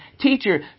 Teacher